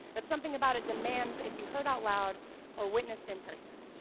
that something about it demands it be heard out loud or witnessed in person.